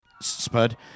Spud